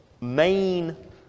main